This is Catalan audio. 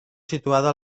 situada